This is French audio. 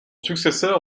successeur